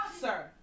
Sir